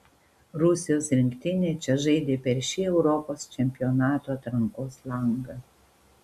rusijos rinktinė čia žaidė per šį europos čempionato atrankos langą